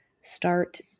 start